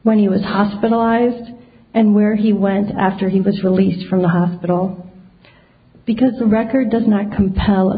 when he was hospitalized and where he went after he was released from the hospital because a record does not compel a